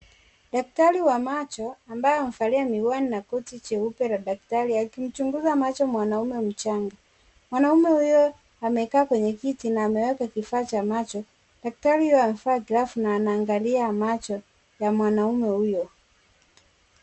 Daktari wa macho ambaye amevalia miwani na koti jeupe la daktari akimchunguza macho mwanamume mchanga ,mwanamume huyo amekaa kwenye kiti na ameweka kifaa cha macho , daktari huyo amevaa glavu na anaangalia macho ya mwanamume huyo .